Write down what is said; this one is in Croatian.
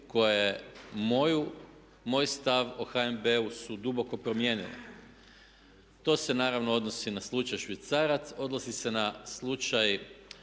koje moj stav o HNB-u su duboko promijenile. To se naravno odnosi na slučaj švicarac, odnosi se na slučaj